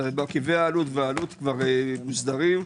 מרכיבי העלות והעלות כבר מוסדרים.